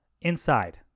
inside